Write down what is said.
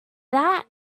that